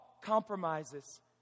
Compromises